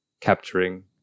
capturing